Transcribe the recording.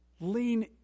lean